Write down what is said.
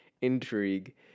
intrigue